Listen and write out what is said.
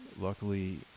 luckily